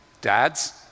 Dads